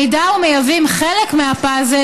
אם מייבאים חלק מהפאזל,